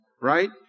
right